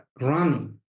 running